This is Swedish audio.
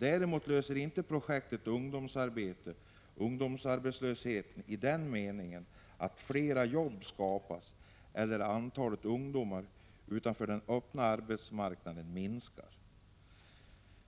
Däremot löser inte projektet ungdomsarbetslösheten i den meningen att flera jobb skapas eller att antalet ungdomar utanför den öppna arbetsmarknaden minskar,